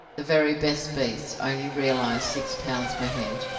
the very best beasts only realized six pounds per head,